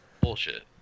Bullshit